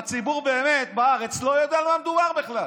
והציבור בארץ באמת לא יודע על מה מדובר בכלל.